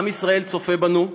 עם ישראל צופה בנו,